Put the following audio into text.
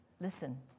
Listen